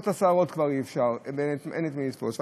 בשערות כבר אי-אפשר ואין את מי לתפוס.